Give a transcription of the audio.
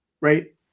right